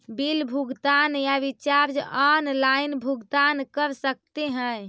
Bill भुगतान या recharge online भुगतान कर सकते हैं?